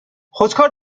خودکار